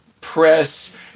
press